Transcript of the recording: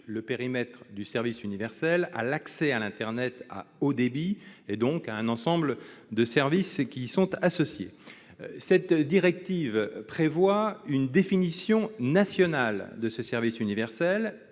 le périmètre du service universel à l'accès à l'internet haut débit et donc à un ensemble de services associés. Cette directive prévoit une définition nationale du service universel,